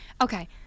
Okay